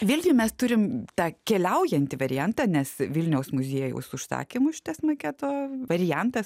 vilniuj mes turim tą keliaujantį variantą nes vilniaus muziejaus užsakymu šitas maketo variantas